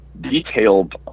detailed